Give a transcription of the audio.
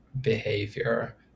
behavior